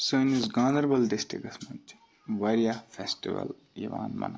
سٲنِس گاندَربَل ڈِسٹرکَس مَنٛز چھِ واریاہ فیٚسٹِول یِوان مَناونہٕ